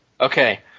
Okay